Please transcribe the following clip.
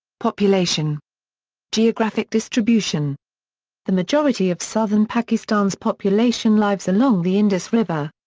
population geographic distribution the majority of southern pakistan's population lives along the indus river.